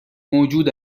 موجود